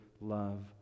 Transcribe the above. love